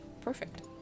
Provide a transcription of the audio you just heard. Perfect